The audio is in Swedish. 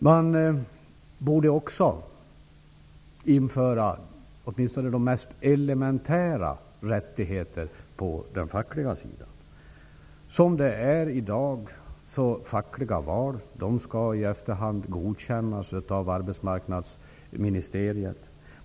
På den fackliga sidan borde också åtminstone de mest elementära rättigheterna införas. I dag skall fackliga val godkännas i efterhand av arbetsmarknadsministeriet.